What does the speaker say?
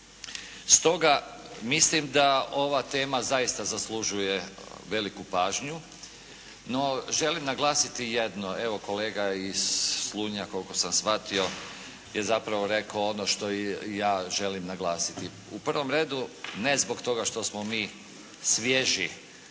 Stoga, mislim da ova tema zaista zaslužuje veliku pažnju. No, želim naglasiti jedno. Evo, kolega iz Slunja koliko sam shvatio je zapravo rekao ono što i ja želim naglasiti u prvom redu ne zbog toga što smo mi svježi